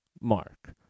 Mark